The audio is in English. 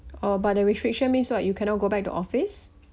oh but the restriction means what you cannot go back to office